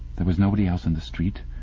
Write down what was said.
there was nobody else in the street,